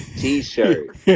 t-shirt